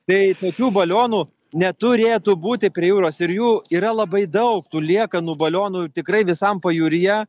tai tokių balionų neturėtų būti prie jūros ir jų yra labai daug tų liekanų balionų tikrai visam pajūryje